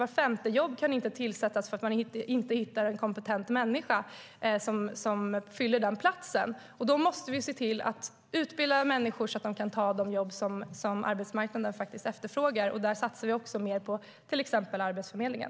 Vart femte jobb kan inte tillsättas på grund av att man inte hittar en kompetent människa som kan fylla den platsen. Vi måste se till att utbilda människor så att de kan ta de jobb som arbetsmarknaden efterfrågar. Där satsar vi också mer på till exempel Arbetsförmedlingen.